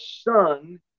Son